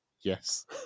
Yes